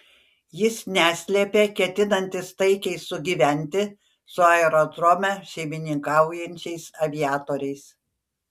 jis neslėpė ketinantis taikiai sugyventi su aerodrome šeimininkaujančiais aviatoriais